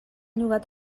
llogat